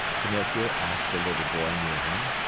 pinocchio asked a little boy near him.